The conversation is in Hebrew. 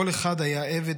/ כל אחד היה עבד,